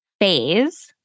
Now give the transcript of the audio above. phase